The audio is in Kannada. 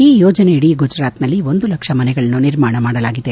ಈ ಯೋಜನೆಯಡಿ ಗುಜರಾತ್ನಲ್ಲಿ ಒಂದು ಲಕ್ಷ ಮನೆಗಳನ್ನು ನಿರ್ಮಾಣ ಮಾಡಲಾಗಿದೆ